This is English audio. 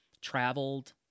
traveled